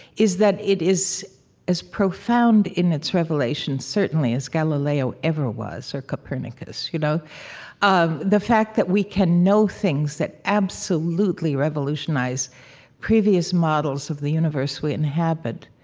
is that it is as profound in its revelation certainly as galileo ever was or copernicus you know the fact that we can know things that absolutely revolutionized previous models of the universe we inhabit.